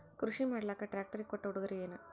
ಕೃಷಿ ಮಾಡಲಾಕ ಟ್ರಾಕ್ಟರಿ ಕೊಟ್ಟ ಉಡುಗೊರೆಯೇನ?